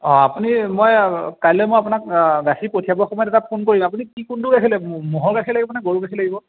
অঁ আপুনি মই কাইলৈ মই আপোনাক গাখীৰ পঠিয়াব সময়ত এটা ফোন কৰিম আপুনি কি কোনটো গাখীৰ ম'হৰ গাখীৰ লাগিব নে গৰুৰ গাখীৰ লাগিব